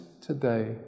today